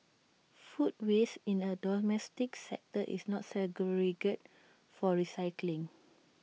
food waste in A domestic sector is not segregated for recycling